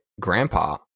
grandpa